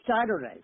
Saturday